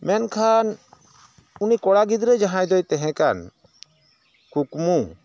ᱢᱮᱱᱠᱷᱟᱱ ᱩᱱᱤ ᱠᱚᱲᱟ ᱜᱤᱫᱽᱨᱟᱹ ᱡᱟᱦᱟᱸᱭ ᱫᱚᱭ ᱛᱮᱦᱮᱸ ᱠᱟᱱ ᱠᱩᱠᱢᱩ